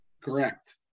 Correct